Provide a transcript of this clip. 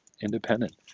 independent